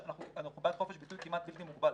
אנחנו בעד חופש ביטוי כמעט בלתי מוגבל,